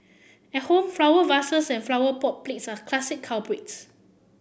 at home flower vases and flower pot plates are classic culprits